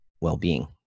well-being